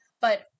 But-